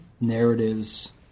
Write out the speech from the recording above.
narratives